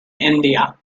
india